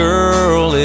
Girl